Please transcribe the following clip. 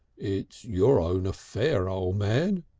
it's your own affair, o' man,